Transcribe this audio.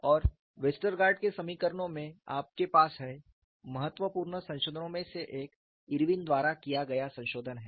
और वेस्टरगार्ड के समीकरणों में आपके पास है महत्वपूर्ण संशोधनों में से एक इरविन द्वारा किया गया संशोधन है